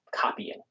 copying